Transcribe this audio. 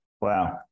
wow